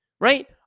right